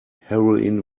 heroin